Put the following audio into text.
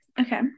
Okay